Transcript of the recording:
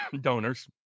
donors